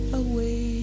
away